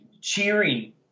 cheering